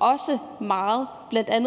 også arbejder meget